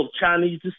Chinese